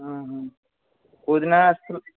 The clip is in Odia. କେଉଁଦିନ ଆସିବ